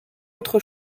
autre